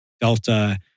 Delta